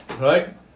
right